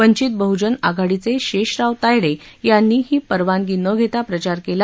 वंचित बहूजन आघाडीचे शेषराव तायडे यांनी परवानगी न घेता प्रचार केला